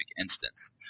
instance